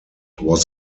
was